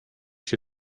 się